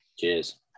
Cheers